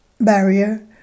barrier